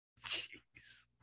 Jeez